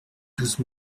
douze